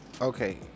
Okay